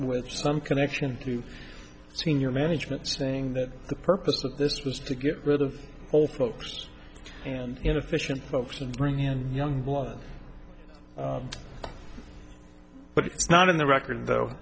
with some connection to senior management saying that the purpose of this was to get rid of old folks and inefficient folks and bring in young blood but it's not in the record